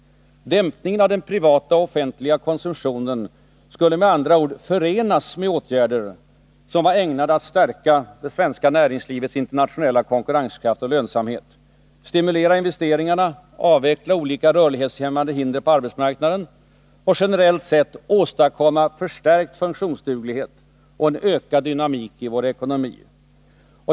Dämpningen av den privata och offentliga konsumtionen skulle med andra ord förenas med åtgärder som var ägnade att stärka det svenska näringslivets internationella konkurrenskraft och lönsamhet, stimulera investeringarna, avveckla olika rörlighetshämmande hinder på arbetsmarknaden samt generellt sett åstadkomma förstärkt funktionsduglighet och en ökad dynamik i vår ekonomi.